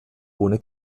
ohne